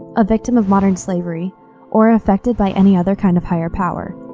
a victim of modern slavery or affected by any other kind of higher power.